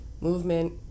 movement